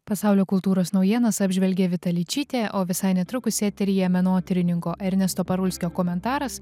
pasaulio kultūros naujienas apžvelgė vita ličytė o visai netrukus eteryje menotyrininko ernesto parulskio komentaras